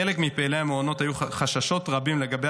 לחלק ממפעילי המעונות היו חששות רבים לגבי